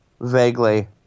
Vaguely